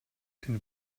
den